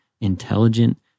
intelligent